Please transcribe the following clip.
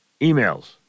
Emails